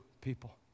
people